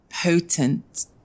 potent